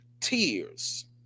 tears